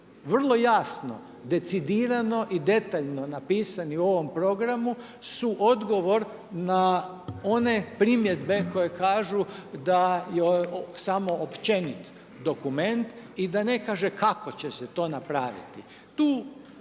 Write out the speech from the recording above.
vrlo jasno, decidirano i detaljno napisani u ovom programu su odgovor na one primjedbe koje kažu da je ovo samo općenit dokument i da ne kaže kako će se to napraviti.